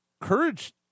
Courage